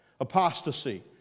Apostasy